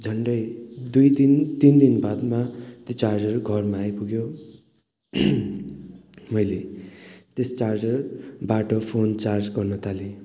झन्डै दुई दिन तिन दिन बादमा त्यो चार्जर घरमा आइपुग्यो मैले त्यस चार्जरबाट फोन चार्ज गर्न थालेँ